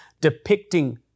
depicting